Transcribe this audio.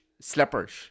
slippers